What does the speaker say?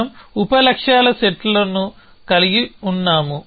మనం ఉప లక్ష్యాల సెట్ల సెట్ను కలిగి ఉన్నాము